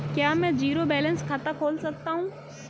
क्या मैं zero balance खाता खोल सकता हूँ?